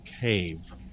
cave